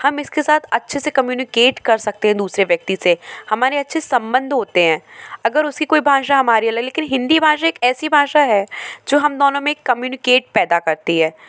हम इसके साथ अच्छे से कम्यूनकेट कर सकते है दूसरे व्यक्ति से हमारे अच्छे संबंध होते हैं अगर उसकी कोई भाषा हमारी अलग है लेकिन भाषा एक ऐसी भाषा है जो हम दोनों में कम्यूनकेट पैदा करती है